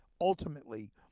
ultimately